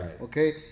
okay